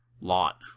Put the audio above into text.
lot